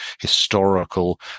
historical